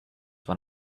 when